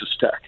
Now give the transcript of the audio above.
Tech